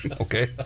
Okay